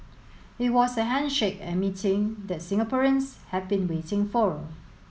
it was the handshake and meeting that Singaporeans have been waiting for